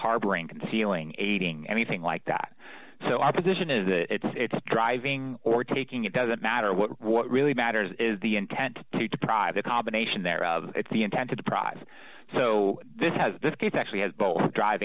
harboring concealing ating anything like that so our position is that it's driving or taking it doesn't matter what what really matters is the intent to deprive the combination thereof it's the intent to deprive so this has this case actually has both drive